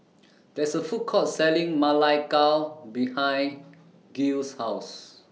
There IS A Food Court Selling Ma Lai Gao behind Giles' House